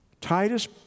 Titus